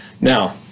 Now